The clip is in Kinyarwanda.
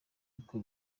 niko